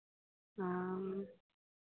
हँ